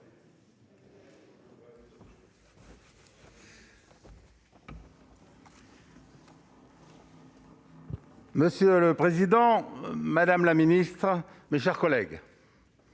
Monsieur le président, madame la ministre, mes chers collègues,